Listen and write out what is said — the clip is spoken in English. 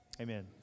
Amen